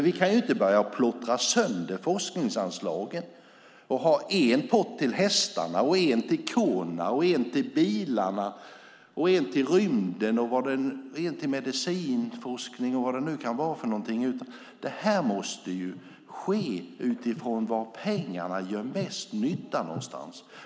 Vi kan ju inte börja plottra sönder forskningsanslagen och ha en pott till hästarna, en till korna, en till bilarna, en till rymden, en till medicin och vad det nu kan vara, utan detta måste ske utifrån var pengarna gör mest nytta.